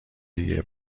دیگه